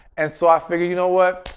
and so, i figured you know what?